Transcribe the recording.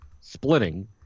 splitting